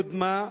קודמה,